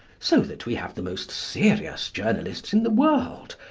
so that we have the most serious journalists in the world,